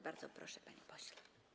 Bardzo proszę, panie pośle.